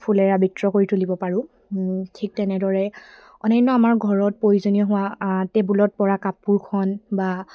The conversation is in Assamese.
ফুলেৰে আৱিত্ৰ কৰি তুলিব পাৰোঁ ঠিক তেনেদৰে অন্যান্য আমাৰ ঘৰত প্ৰয়োজনীয় হোৱা টেবুলত পৰা কাপোৰখন বা